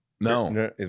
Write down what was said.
no